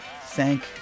thank